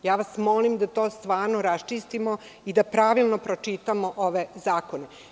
Molim vas da to stvarno raščistimo i da pravilno pročitamo ove zakone.